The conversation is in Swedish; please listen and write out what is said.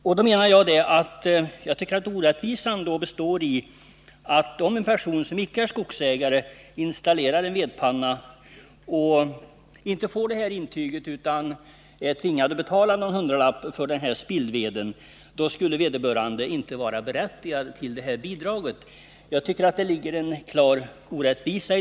Jag tycker att det ligger en klar orättvisa i att en icke skogsägare som installerar en vedpanna, om vederbörande inte får ett sådant intyg utan måste betala någon hundralapp för spillveden, inte skulle vara berättigad till bidrag.